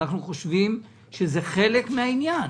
אנחנו חושבים שזה חלק מן העניין.